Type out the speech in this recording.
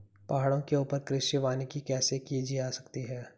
पहाड़ों के ऊपर कृषि वानिकी कैसे की जा सकती है